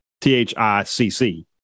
T-H-I-C-C